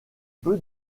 peu